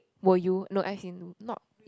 will you no as in not